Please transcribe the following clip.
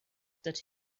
that